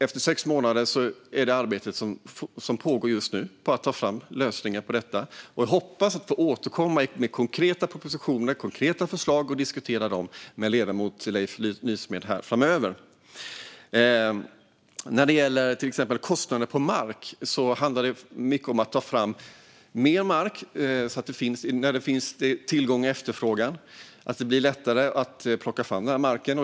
Efter sex månader pågår just nu arbetet med att ta fram lösningar, och jag hoppas få återkomma med konkreta förslag och propositioner och diskutera dem med ledamoten Leif Nysmed framöver. När det gäller till exempel kostnaden för mark handlar det mycket om att få fram mer mark. Att utgå från tillgång och efterfrågan kan göra att det blir lättare att plocka fram den här marken.